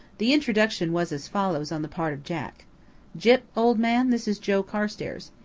the introduction was as follows on the part of jack gyp, old man, this is joe carstairs.